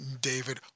David